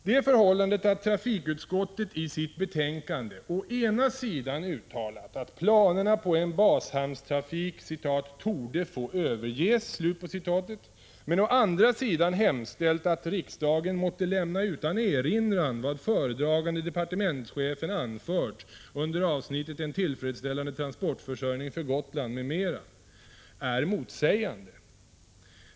Det förhållandet att trafikutskottet i sitt betänkande å ena sidan uttalat att planerna på en bashamnstrafik ”torde få överges”, men å andra sidan hemställt att riksdagen måtte lämna utan erinran vad föredragande departementschefen anfört under avsnittet En tillfredsstä för Gotland m.m., innebär en mo Ilande transportförsörjning sägelse.